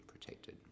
protected